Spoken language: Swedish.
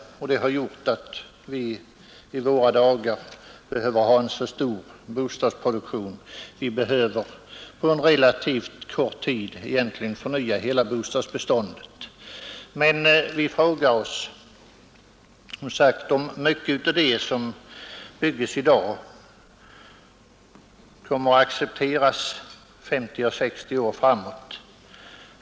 Detta har medfört, att vi i våra dagar behöver ha så stor bostadsproduktion att under en relativt kort tid nästan hela bostadsbeståndet förnyas. Men vi frågar oss om mycket av det som byggs i dag kommer att accepteras under 50 å 60 år.